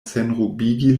senrubigi